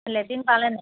latrine পালেনে